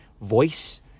voice